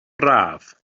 braf